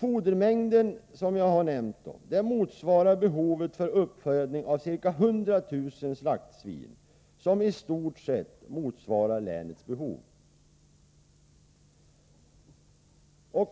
Den fodermängd som jag har nämnt motsvarar behovet för uppfödning av ca 100 000 slaktsvin, vilket i stort sett motsvarar länets behov. Samma